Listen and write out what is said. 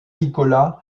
nicolas